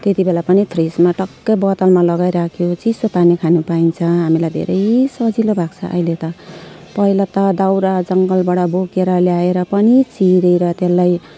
त्यति बेला पनि फ्रिजमा टक्क बोतलमा लगाई राख्यो चिसो पानी खानु पाइन्छ हामीलाई धेरै सजिलो भएको छ अहिले त पहिला त दाउरा जङ्गलबाट बोकेर ल्याएर पनि चिरेर त्यसलाई